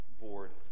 board